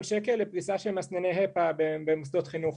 שקל לפריסה של מסנני HEPA במוסדות חינוך.